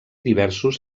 diversos